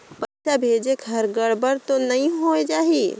पइसा भेजेक हर गड़बड़ तो नि होए जाही?